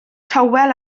tywel